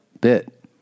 bit